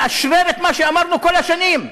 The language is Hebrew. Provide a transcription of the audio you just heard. מאשרר את מה שאמרנו כל השנים,